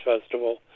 Festival